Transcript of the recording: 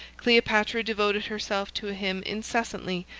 cleopatra devoted herself to him incessantly,